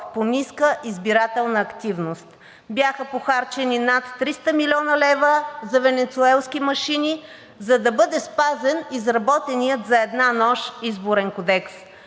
по ниска избирателна активност. Бяха похарчени над 300 млн. лв. за венецуелски машини, за да бъде спазен изработеният за една нощ Изборен кодекс.